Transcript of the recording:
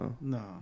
no